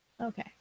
okay